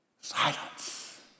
Silence